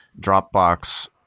Dropbox